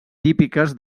típiques